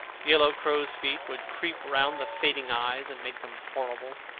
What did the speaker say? yellow crow's feet would creep round the fading eyes and make them horrible.